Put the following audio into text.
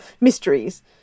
mysteries